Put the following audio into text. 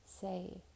say